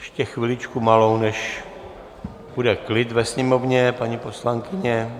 Ještě chviličku malou, než bude klid ve Sněmovně, paní poslankyně.